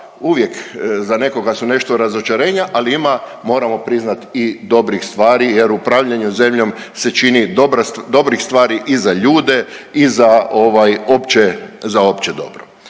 uvijek za nekoga su nešto razočarenja, ali ima moramo priznati i dobrih stvari, jer upravljanje zemljom se čini dobrih stvari i za ljude i za opće dobro.